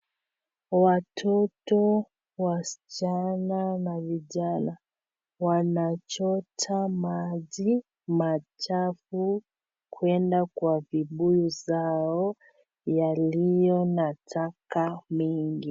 Watoto wasichana na vijana wanachota maji machafu kwenda kwa vibuyu zao yaliyo na taka mingi.